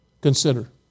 Consider